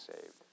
saved